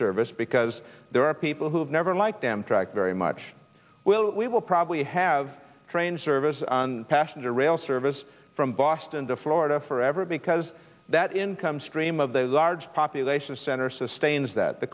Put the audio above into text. service because there are people who have never liked amtrak very much will we will probably have train service passenger rail service from boston to florida forever because that income stream of the large population center sustains that the